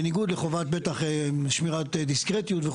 בניגוד לחובת שמירת דיסקרטיות,